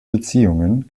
beziehungen